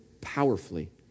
powerfully